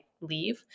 leave